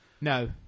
No